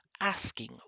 asking